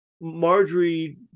Marjorie